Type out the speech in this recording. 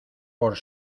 por